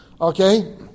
Okay